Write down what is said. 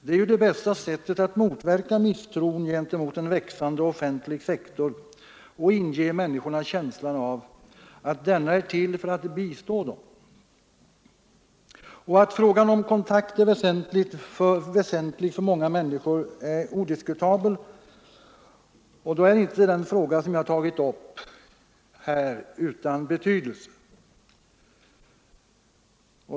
Det är ju det bästa sättet att motverka misstron gentemot en växande offentlig sektor och övertyga människorna om att denna är till för att bistå dem. Att frågan om kontakt är väsentlig för många människor är odiskutabelt. Då är inte den fråga som jag här tagit upp utan betydelse.